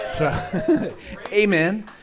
Amen